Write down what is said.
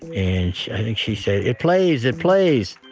and i think she said, it plays! it plays!